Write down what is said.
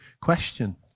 question